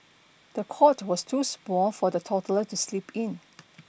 the cot was too small for the toddler to sleep in